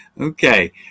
Okay